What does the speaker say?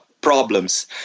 problems